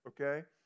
okay